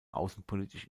außenpolitisch